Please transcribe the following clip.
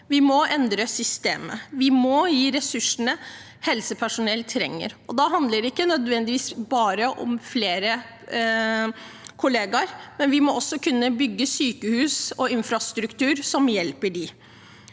Vi må endre systemet. Vi må gi de ressursene helsepersonell trenger. Det handler ikke nødvendigvis bare om flere kollegaer. Vi må også bygge sykehus og infrastruktur som hjelper dem.